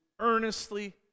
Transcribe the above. earnestly